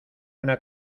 una